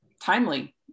timely